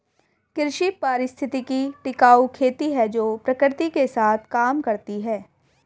कृषि पारिस्थितिकी टिकाऊ खेती है जो प्रकृति के साथ काम करती है